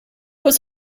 was